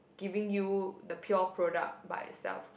giving you the pure product by itself